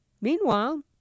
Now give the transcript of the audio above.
Meanwhile